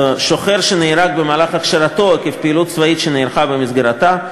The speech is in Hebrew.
שוחר שנהרג במהלך הכשרתו עקב פעילות צבאית שנערכה במסגרתה,